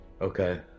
Okay